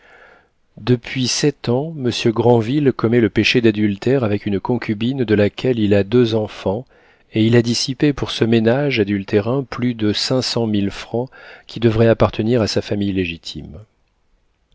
depuis sept ans monsieur granville commet le péché d'adultère avec une concubine de laquelle il a deux enfants et il a dissipé pour ce ménage adultérin plus de cinq cent mille francs qui devraient appartenir à sa famille légitime